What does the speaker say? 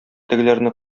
тегеләрне